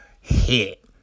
Hit